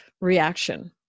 reaction